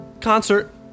concert